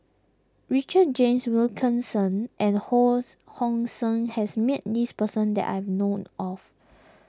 Richard James Wilkinson and Hos Hong Sing has met this person that I know of